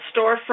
storefront